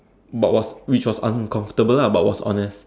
but what which was uncomfortable lah but was honest